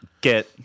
Get